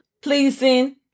pleasing